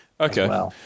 okay